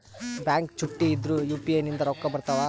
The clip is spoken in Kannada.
ಬ್ಯಾಂಕ ಚುಟ್ಟಿ ಇದ್ರೂ ಯು.ಪಿ.ಐ ನಿಂದ ರೊಕ್ಕ ಬರ್ತಾವಾ?